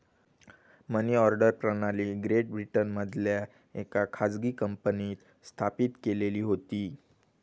मनी order प्रणाली great ब्रिटनमधल्या येका खाजगी कंपनींन स्थापित केलेली होती